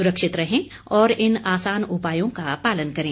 सुरक्षित रहें और इन आसान उपायों का पालन करें